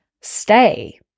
stay